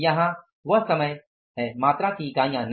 यहाँ वह मात्रा समय है मात्रा की इकाइयाँ नहीं